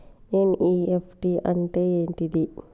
NEFT అంటే ఏంటిది?